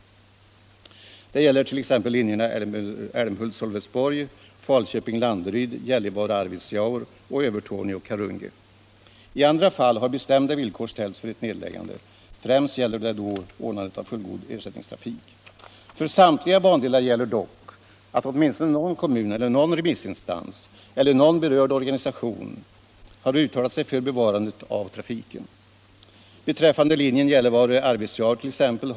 Detta gäller t.ex. linjerna Älmhult-Sölvesborg, Falköping-Landeryd, Gällivare-Arvidsjaur och Övertorneå-Karungi. I andra fall har bestämda villkor ställts för ett nedläggande; främst gäller det då ordnandet av fullgod ersättningstrafik. För samtliga bandelar gäller dock att åtminstone någon kommun, någon remissinstans eller någon berörd organisation har uttalat sig för bevarandet av trafiken. Beträffande linjen Gällivare-Arvidsjaurt.ex.